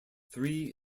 three